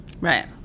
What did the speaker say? Right